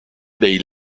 dei